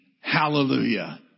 Hallelujah